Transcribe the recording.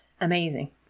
amazing